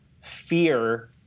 fear